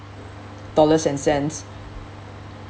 dollars and cents